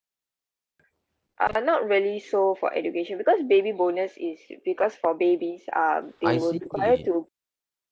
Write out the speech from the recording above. uh not really so for education because baby bonus is because for babies um they were required to